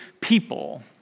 people